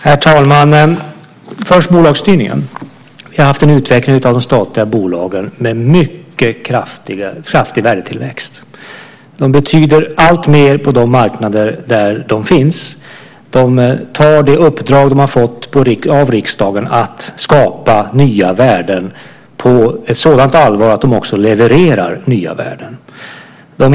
Herr talman! Först till frågan om bolagsstyrningen. Vi har haft en utveckling av de statliga bolagen med mycket kraftig värdetillväxt. De betyder alltmer på de marknader där de finns. De tar de uppdrag de fått av riksdagen, nämligen att skapa nya värden, på ett sådant allvar att de också levererar nya värden.